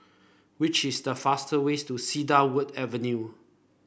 which is the fastest ways to Cedarwood Avenue